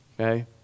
okay